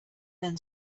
then